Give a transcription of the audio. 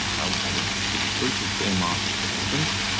um i would say, fairly brutal bare market ever since.